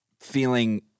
feeling